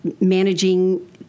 managing